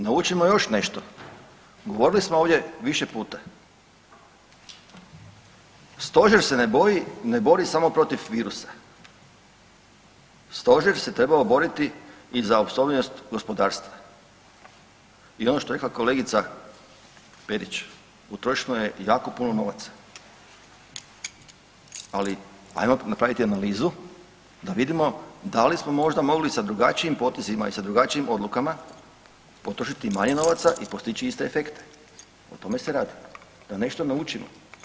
Naučimo još nešto, govorili smo ovdje više puta stožer se ne boji, ne bori samo protiv virusa, stožer se trebao boriti i za opstojnost gospodarstva i ono što je rekla kolegica Perić utrošeno je jako puno novaca, ali ajmo napraviti analizu da vidimo da li smo možda mogli sa drugačijim potezima i sa drugačijim odlukama potrošiti manje novaca i postići iste efekte, o tome se radi da nešto naučimo.